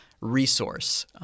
resource